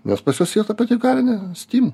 nes pas juos ir ta pati garinė stim